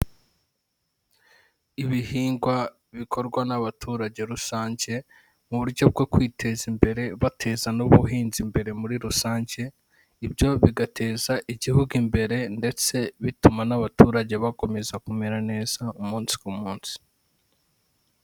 Ibihingwa bikorwa n'abaturage rusange, mu buryo bwo kwiteza imbere bateza n'ubuhinzi imbere muri rusange, ibyo bigateza igihugu imbere ndetse bituma n'abaturage bakomeza kumera neza umunsi ku munsi.